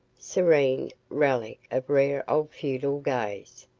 serene relic of rare old feudal days.